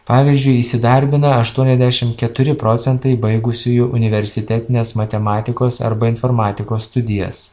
pavyzdžiui įsidarbina aštuoniasdešim keturi procentai baigusiųjų universitetinės matematikos arba informatikos studijas